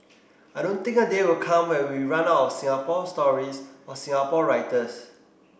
I don't think a day will come where we run out of Singapore stories or Singapore writers